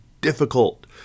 difficult